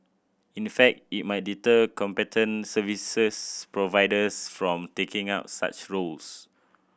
in the fact it might deter competent services providers from taking up such roles